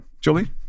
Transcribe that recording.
Julie